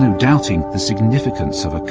doubting the significance of